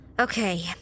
Okay